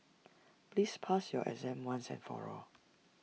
please pass your exam once and for all